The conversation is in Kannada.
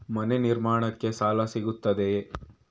ಮನೆ ನಿರ್ಮಾಣಕ್ಕೆ ಸಾಲ ಸಿಗುತ್ತದೆಯೇ?